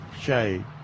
shade